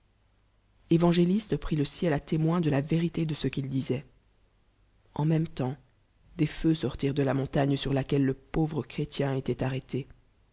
évangéliste prit le ciel à témoin de iq vérité dé ce qu'il disoit en même temps des feux sortirent de la montagne sur laquelle le pauvre ull'hien étoit arrêté